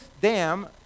dam